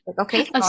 okay